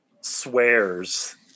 swears